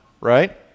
right